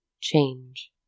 change